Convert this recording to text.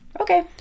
Okay